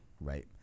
Right